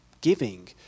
giving